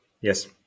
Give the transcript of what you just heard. Yes